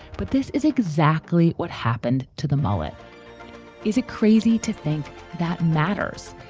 but this is exactly what happened to the mullet is a crazy to think that matters.